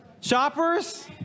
Shoppers